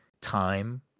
time